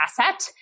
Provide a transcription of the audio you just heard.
asset